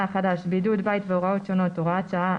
החדש)(בידוד בית והוראות שונות)(הוראת שעה),